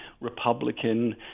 Republican